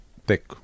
thick